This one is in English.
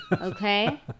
Okay